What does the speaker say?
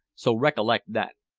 so recollect that.